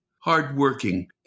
hardworking